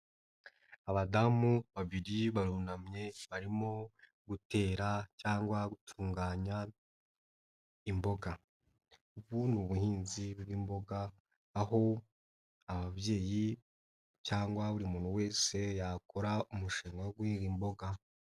Abadamu babiri barunamye barimo gutera cyangwa gutunganya imboga, ubu ni ubuhinzi bw'imboga, aho ababyeyi cyangwa buri muntu wese yakora umushinga wo guhinga imboga.